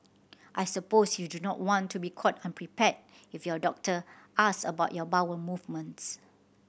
I suppose you don't want to be caught unprepared if your doctor ask about your bowel movements